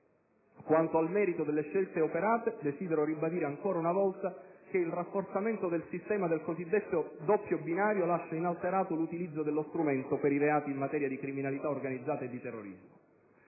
Quanto al merito delle scelte operate, desidero ribadire ancora una volta che il rafforzamento del sistema del cosiddetto doppio binario lascia inalterato l'utilizzo della strumento per i reati in materia di criminalità organizzata e terrorismo.